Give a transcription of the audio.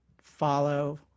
Follow